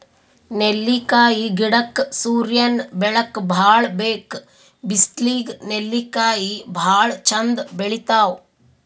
ನೆಲ್ಲಿಕಾಯಿ ಗಿಡಕ್ಕ್ ಸೂರ್ಯನ್ ಬೆಳಕ್ ಭಾಳ್ ಬೇಕ್ ಬಿಸ್ಲಿಗ್ ನೆಲ್ಲಿಕಾಯಿ ಭಾಳ್ ಚಂದ್ ಬೆಳಿತಾವ್